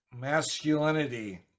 Masculinity